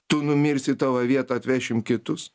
tu numirsi į tavo vietą atvešim kitus